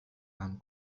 vam